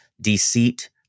Deceit